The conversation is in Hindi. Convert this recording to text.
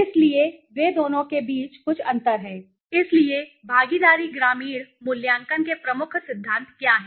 इसलिए वे दोनों के बीच कुछ अंतर हैं इसलिए भागीदारी ग्रामीण ग्रामीण मूल्यांकन के प्रमुख सिद्धांत क्या हैं